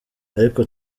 ariko